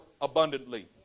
abundantly